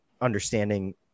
understanding